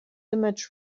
image